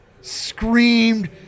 screamed